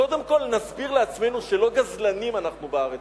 קודם כול נסביר לעצמנו שלא גזלנים אנחנו בארץ,